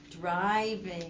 Driving